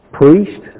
priest